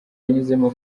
yanyuzemo